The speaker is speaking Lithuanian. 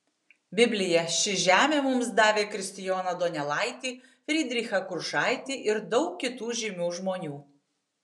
biblija ši žemė mums davė kristijoną donelaitį frydrichą kuršaitį ir daug kitų žymių žmonių